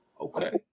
Okay